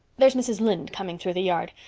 there's mrs. lynde coming through the yard.